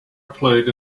played